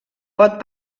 pot